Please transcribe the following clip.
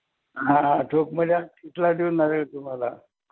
हा ठोकमध्ये देऊ नारळ तुम्हाला